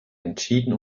entschieden